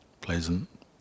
Pleasant